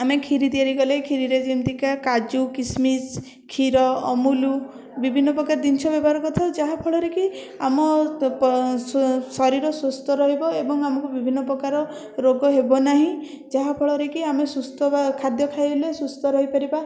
ଆମେ କ୍ଷୀରି ତିଆରି କଲେ କ୍ଷୀରିରେ ଯେମିତି କା କାଜୁ କିସମିସ୍ କ୍ଷୀର ଅମୁଲ୍ ବିଭିନ୍ନ ପ୍ରକାର ଜିନିଷ ବ୍ୟବହାର କରିଥାଉ ଯାହା ଫଳରେ କି ଆମ ଶରୀର ସୁସ୍ଥ ରହିବ ଏବଂ ଆମକୁ ବିଭିନ୍ନ ପ୍ରକାର ରୋଗ ହେବନାହିଁ ଯାହା ଫଳରେ କି ଆମେ ସୁସ୍ଥ ବା ଖାଦ୍ୟ ଖାଇଲେ ସୁସ୍ଥ ରହିପାରିବା